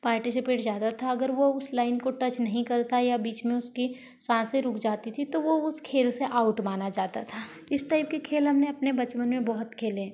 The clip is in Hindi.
पार्टिसिपेट जाता था अगर वो उस लाइन को टच नहीं करता या बीच में उसकी साँसें रुक जाती थीं तो वो उस खेल से आउट माना जाता था इस टाइप के खेल हमने अपने बचपन में बहुत खेले